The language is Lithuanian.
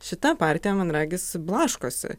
šita partija man regis blaškosi